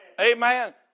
Amen